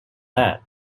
that